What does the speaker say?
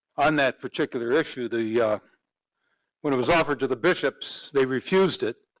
on that particular issue the, yeah when it was offered to the bishops they refused it.